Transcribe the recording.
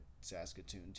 saskatoon